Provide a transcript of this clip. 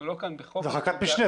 אנחנו לא כאן בחוק --- זו חקיקת משנה.